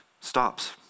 stops